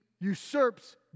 usurps